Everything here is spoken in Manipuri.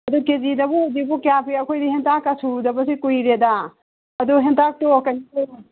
ꯑꯗꯨ ꯀꯦꯖꯤꯗꯕꯨ ꯍꯧꯖꯤꯛꯄꯨ ꯀꯌꯥ ꯄꯤ ꯑꯩꯈꯣꯏꯗꯤ ꯍꯦꯟꯇꯥꯛꯀ ꯁꯨꯗꯕꯁꯤ ꯀꯨꯏꯔꯦꯗ ꯑꯗꯣ ꯍꯦꯟꯇꯥꯛꯇꯣ ꯀꯩꯅꯣ ꯇꯧꯔꯣ